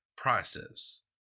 prices